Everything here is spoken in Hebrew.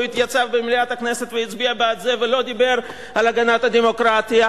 והוא התייצב במליאת הכנסת והצביע בעד זה ולא דיבר על הגנת הדמוקרטיה,